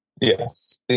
Yes